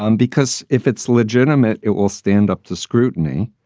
um because if it's legitimate, it will stand up to scrutiny.